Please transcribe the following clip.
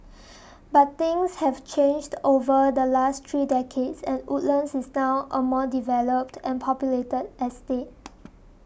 but things have changed over the last three decades and Woodlands is now a more developed and populated estate